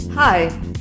Hi